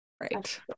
right